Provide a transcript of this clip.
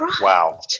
Wow